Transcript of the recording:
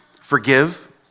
forgive